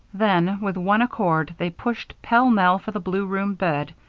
then, with one accord, they rushed pell-mell for the blue-room bed,